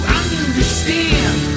understand